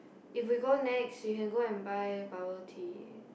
if we go Nex we can go and buy bubble tea